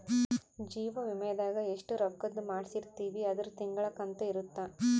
ಜೀವ ವಿಮೆದಾಗ ಎಸ್ಟ ರೊಕ್ಕಧ್ ಮಾಡ್ಸಿರ್ತಿವಿ ಅದುರ್ ತಿಂಗಳ ಕಂತು ಇರುತ್ತ